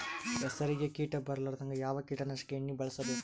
ಹೆಸರಿಗಿ ಕೀಟ ಬರಲಾರದಂಗ ಯಾವ ಕೀಟನಾಶಕ ಎಣ್ಣಿಬಳಸಬೇಕು?